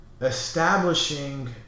establishing